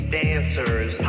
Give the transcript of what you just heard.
dancers